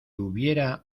hubiera